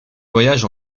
voyage